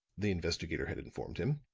the investigator had informed him.